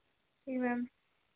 जी ma'am